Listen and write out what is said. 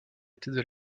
étaient